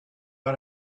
got